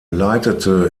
leitete